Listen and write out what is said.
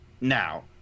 now